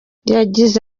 yagize